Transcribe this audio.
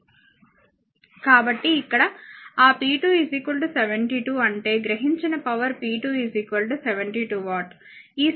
కాబట్టి ఇక్కడ ఆ p2 72 అంటే గ్రహించిన పవర్ p2 72 వాట్